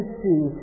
see